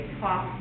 talk